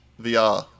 VR